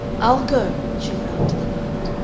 i'll go, she vowed to the night,